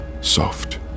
Soft